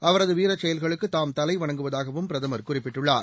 அவரதுவீரச்செயல்களுக்குதாம் தலைவணங்குவதாகவும் பிரதமர் குறிப்பிட்டுள்ளார்